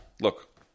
Look